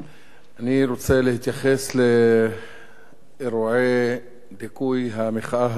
אני רוצה להתייחס לאירועי דיכוי המחאה החברתית